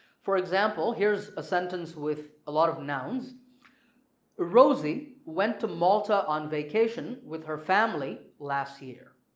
for example here's a sentence with a lot of nouns rosie went to malta on vacation with her family last year.